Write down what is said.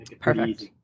perfect